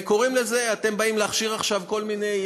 קוראים לזה: אתם באים להכשיר עכשיו כל מיני